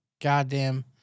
goddamn